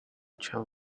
child